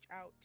out